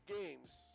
games